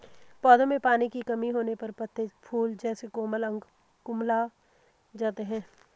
पौधों में पानी की कमी होने पर पत्ते, फूल जैसे कोमल अंग कुम्हला जाते हैं